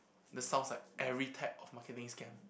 that sounds like every type of marketing scam